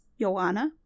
Joanna